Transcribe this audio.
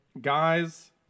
guys